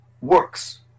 works